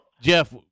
Jeff